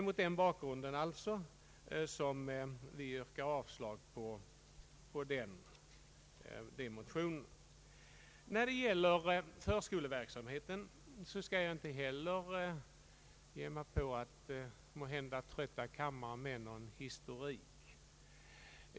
Mot bakgrunden av det anförda yrkar vi alltså avslag på de motioner som det här är fråga om. När det gäller förskoleverksamheten skall jag inte heller ge mig in på att måhända trötta kammarens ledamöter med någon historik.